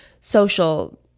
social